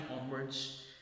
onwards